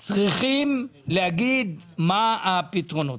כדי להגיד מה הפתרונות.